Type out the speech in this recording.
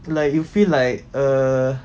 like you feel like err